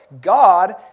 God